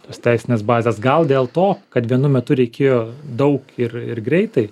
tos teisinės bazės gal dėl to kad vienu metu reikėjo daug ir ir greitai